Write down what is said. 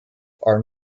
are